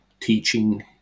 teaching